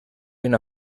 una